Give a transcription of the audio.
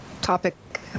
topic